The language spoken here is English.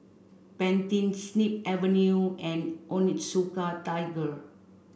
Pantene Snip Avenue and Onitsuka Tiger